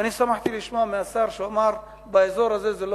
ואני שמחתי לשמוע מהשר שהוא אמר: באזור הזה,